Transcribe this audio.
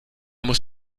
muss